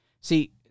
See